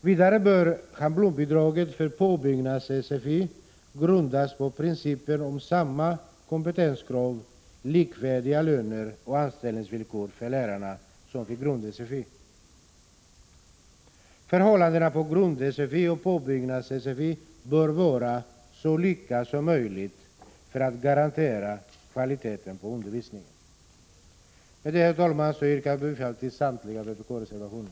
Vidare bör schablonbidraget till påbyggnads-sfi grundas på principen om att samma kompetenskrav samt likvärdiga löner och anställningsvillkor skall gälla för lärarna både när det gäller påbyggnads-sfi och när det gäller grund-sfi. Förhållandena vad gäller grund-sfi och påbyggnads-sfi bör vara så lika som möjligt för att kvaliteten på undervisningen skall kunna garanteras. Med detta, herr talman, yrkar jag bifall till samtliga vpk-reservationer.